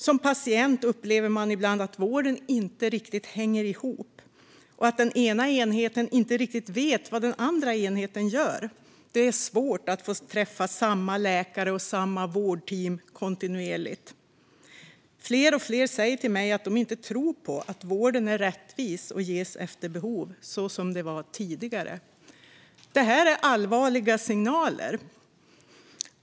Som patient upplever man ibland att vården inte riktigt hänger ihop och att den ena enheten inte riktigt vet vad den andra enheten gör. Det är svårt att få träffa samma läkare och samma vårdteam kontinuerligt. Fler och fler säger till mig att de inte tror på att vården är rättvis och ges efter behov, så som det var tidigare. Detta är allvarliga signaler.